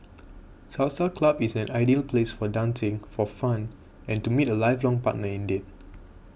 Salsa club is an ideal place for dancing for fun and to meet a lifelong partner indeed